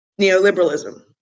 Neoliberalism